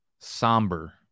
Somber